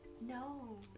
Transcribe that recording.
No